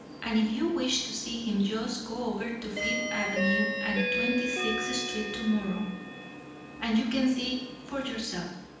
and if you wish to see him just go over to fifth avenue and twenty-sixth street tomorrow and you can see for yourself.